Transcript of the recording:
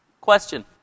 question